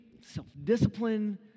self-discipline